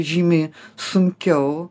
žymiai sunkiau